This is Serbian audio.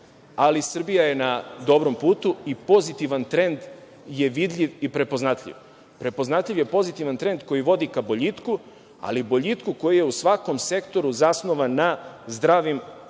ali Srbija je na dobrom putu i pozitivan trend je vidljiv i prepoznatljiv. Prepoznatljiv je pozitivan trend koji vodi ka boljitku, ali boljitku koji je u svakom sektoru zasnovan na zdravim osnovama.